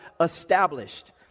established